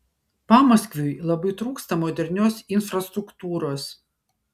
pamaskviui labai trūksta modernios infrastruktūros